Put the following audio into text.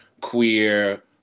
queer